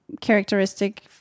characteristic